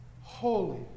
holy